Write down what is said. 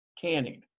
Canning